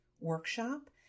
workshop